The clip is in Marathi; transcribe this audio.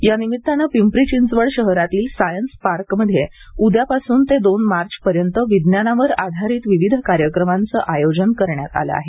या निमितानं पिंपरी चिंचवड शहरातील सायन्स पार्क मध्ये उद्या पासून ते दोन मार्च पर्यंत विज्ञानावर आधारित विविध कार्यक्रमांचं आयोजन करण्यात आले आहे